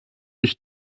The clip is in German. ich